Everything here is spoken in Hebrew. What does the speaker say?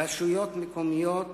רשויות מקומיות,